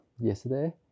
yesterday